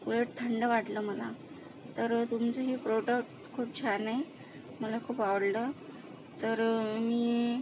उलट थंड वाटलं मला तर तुमचं हे प्रोडक्ट खूप छान आहे मला खूप आवडलं तर मी